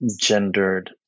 gendered